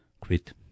quit